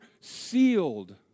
sealed